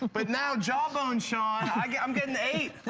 but now jawbone sean, i'm getting a.